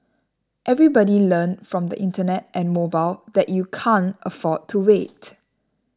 everybody learned from the Internet and mobile that you can't afford to wait